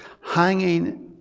hanging